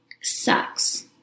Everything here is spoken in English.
sucks